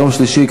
יום שלישי,